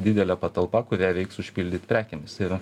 didelė patalpa kurią reiks užpildyt prekėmis ir